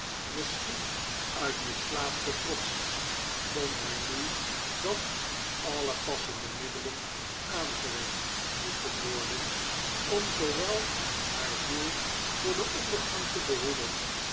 misschien uit misplaatsten trots vond hij nu dat alle passende middelen aangewend moesten worden om zoowel haar ziel voor ondergang te behoeden